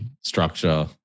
structure